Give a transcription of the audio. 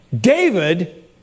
David